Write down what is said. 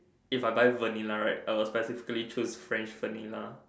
if I buy Vanilla right I would tentatively choose French Vanilla